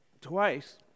twice